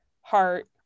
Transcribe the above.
heart